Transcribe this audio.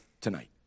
tonight